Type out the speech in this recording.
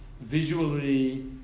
visually